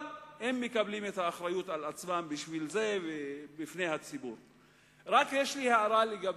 אבל בשביל זה הם מקבלים את האחריות על עצמם בפני הציבור.